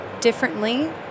differently